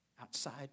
Outside